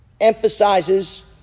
emphasizes